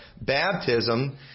baptism